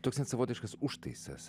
toks net savotiškas užtaisas